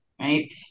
right